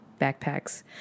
backpacks